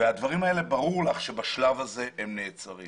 ברור לך שהדברים בשלב הזה נעצרים.